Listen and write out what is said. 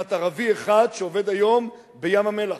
כמעט ערבי אחד שעובד היום בים-המלח,